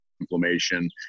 inflammation